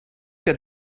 got